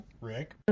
Rick